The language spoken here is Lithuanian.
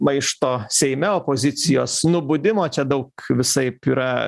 maišto seime opozicijos nubudimo čia daug visaip yra